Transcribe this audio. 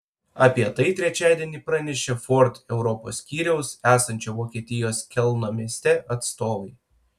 apie tai trečiadienį pranešė ford europos skyriaus esančio vokietijos kelno mieste atstovai